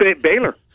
Baylor